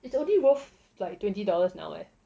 it's only worth like twenty dollars now leh